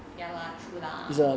ya lah true lah